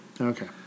Okay